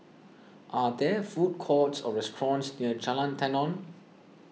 are there food courts or restaurants near Jalan Tenon